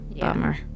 bummer